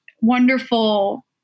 wonderful